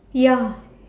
ya